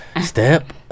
step